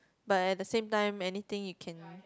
but at the same time anything you can